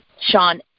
Sean